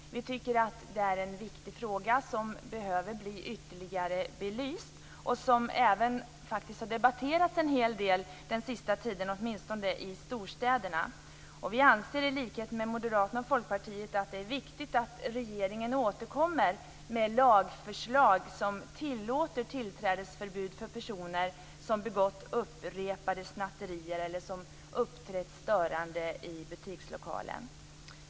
Vi tycker att det är en viktig fråga som behöver bli ytterligare belyst och som även har debatterats en hel del den senaste tiden, åtminstone i storstäderna. Vi anser i likhet med Moderaterna och Folkpartiet att det är viktigt att regeringen återkommer med lagförslag som tillåter tillträdesförbud för personer som begått upprepade snatterier eller uppträtt störande i butikslokal.